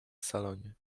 salonie